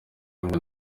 ngo